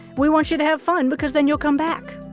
we want you to have fun, because then you'll come back